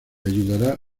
ayudará